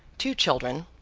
two children,